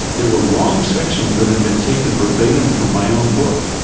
there were long sections that had been taken verbatim from my own book,